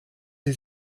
sie